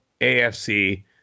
AFC